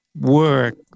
work